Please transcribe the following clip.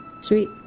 sweet